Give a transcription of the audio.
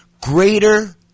greater